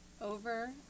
over